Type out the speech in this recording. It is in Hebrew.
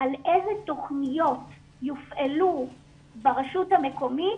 על איזה תוכניות יופעלו ברשות המקומית